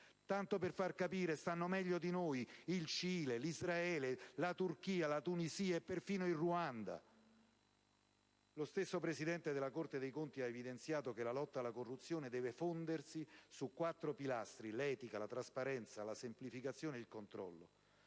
Tanto per capire, fanno meglio di noi Stati come il Cile, Israele, Turchia, Tunisia e Ruanda. Lo stesso Presidente della Corte dei conti ha evidenziato che «la lotta alla corruzione deve fondarsi essenzialmente su quattro pilastri: l'etica, la trasparenza, la semplificazione e il controllo».